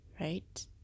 right